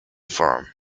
form